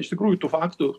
iš tikrųjų tų faktų